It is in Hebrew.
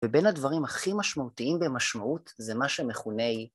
ובין הדברים הכי משמעותיים במשמעות זה מה שמכונה היא.